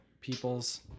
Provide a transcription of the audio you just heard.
peoples